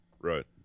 right